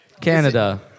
Canada